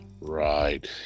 right